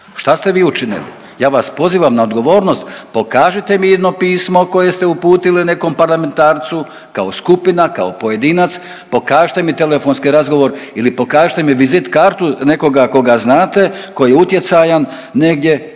Šta ste vi učinili? Ja vas pozivam na odgovornost, pokažite mi jedno pismo koje ste uputili nekom parlamentarcu kao skupina, kao pojedinac pokažite mi telefonski razgovor ili pokažite mi vizit kartu nekoga koga znate koji je utjecajan negdje.